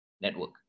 network